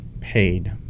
paid